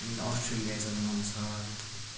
and Australia जानु मन छ